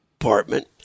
apartment